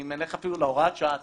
אם נלך אפילו להוראת השעה עצמה,